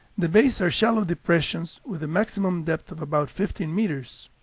the bays are shallow depressions with a maximum depth of about fifteen meters.